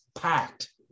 packed